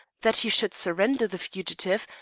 that he should surrender the fugitive,